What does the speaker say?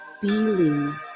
feeling